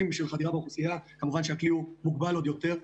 מבחינת החדירה לאוכלוסייה כמובן שהכלי הוא מוגבל עוד יותר,